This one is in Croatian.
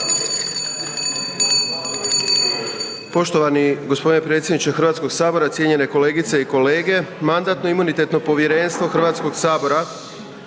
Hrvatskog sabora,